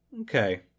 Okay